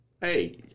Hey